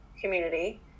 community